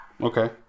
Okay